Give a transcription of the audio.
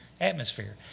atmosphere